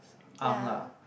arm lah